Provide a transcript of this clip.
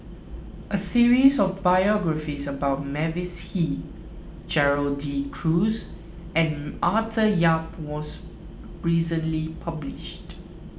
a series of biographies about Mavis Hee Gerald De Cruz and Arthur Yap was recently published